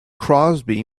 crosby